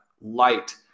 light